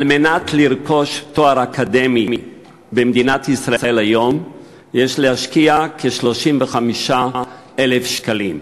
על מנת לרכוש תואר אקדמי במדינת ישראל היום יש להשקיע כ-35,000 שקלים,